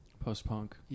Post-punk